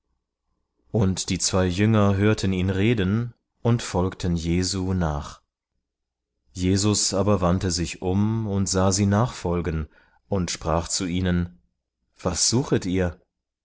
und die zwei jünger hörten ihn reden und folgten jesu nach jesus aber wandte sich um und sah sie nachfolgen und sprach zu ihnen was suchet ihr